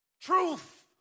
Truth